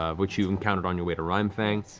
ah which you encountered on your way to rimefang.